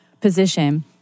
position